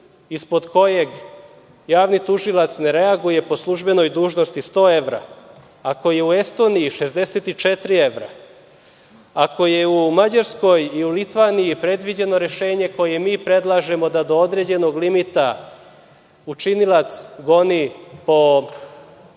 ispod kojeg javni tužilac ne reaguje po službenoj dužnosti 100 evra, ako je u Estoniji 64 evra, ako je u Mađarskoj i u Litvaniji predviđeno rešenje koje mi predlažemo da do određenog limita učinilac goni po službenoj